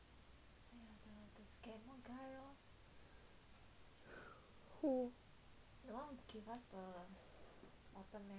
who